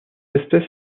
espèce